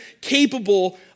capable